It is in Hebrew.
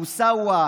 מוסאוא,